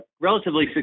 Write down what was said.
relatively